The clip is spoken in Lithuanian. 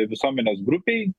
visuomenės grupei